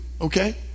Okay